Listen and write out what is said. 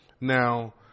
Now